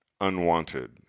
unwanted